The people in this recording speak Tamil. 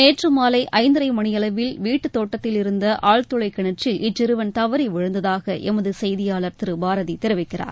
நேற்று மாலை ஐந்தரை மணியளவில் வீட்டு தோட்டத்தில் இருந்த ஆழ்துளைக் கிணற்றில் இச்சிறுவன் தவறி விழுந்ததாக எமது செய்தியாளர் பாரதி தெரிவிக்கிறார்